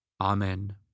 Amen